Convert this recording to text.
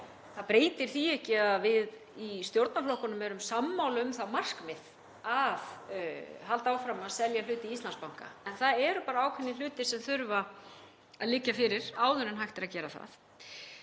Það breytir því ekki að við í stjórnarflokkunum erum sammála um það markmið að halda áfram að selja hlut í Íslandsbanka, en það eru ákveðnir hlutir sem þurfa að liggja fyrir áður en hægt er að gera það.